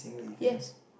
yes